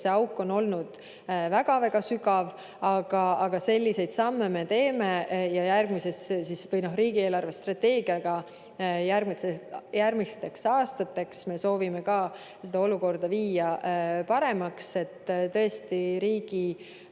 see auk on olnud väga-väga sügav. Aga selliseid samme me teeme ja riigi eelarvestrateegiaga järgmisteks aastateks me soovime ka seda olukorda viia paremaks, et tõesti riigi